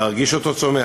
להרגיש אותו צומח.